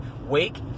Wake